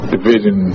Division